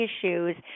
issues